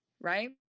right